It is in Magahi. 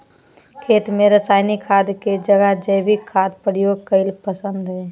खेत में रासायनिक खाद के जगह जैविक खाद प्रयोग कईल पसंद हई